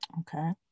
Okay